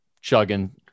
chugging